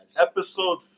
episode